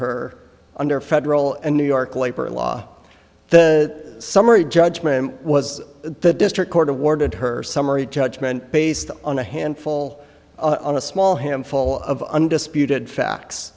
her under federal and new york labor law the summary judgment was the district court awarded her summary judgment based on a handful on a small handful of undisputed facts